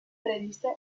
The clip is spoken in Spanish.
prevista